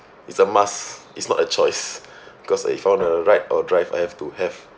it's a must it's not a choice because If you're going to have to ride or drive I have to have